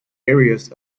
areas